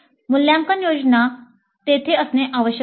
मूल्यांकन योजना तेथे असणे आवश्यक आहे